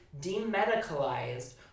demedicalized